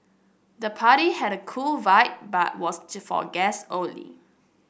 the party had a cool vibe but was to for guests only